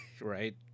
Right